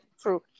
true